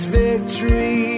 victory